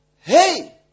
hey